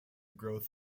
growth